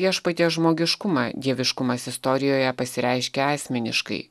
viešpaties žmogiškumą dieviškumas istorijoje pasireiškia asmeniškai